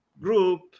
group